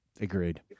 Agreed